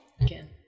Again